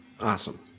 Awesome